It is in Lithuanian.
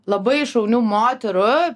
labai šaunių moterų